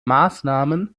maßnahmen